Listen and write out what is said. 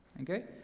okay